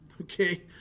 okay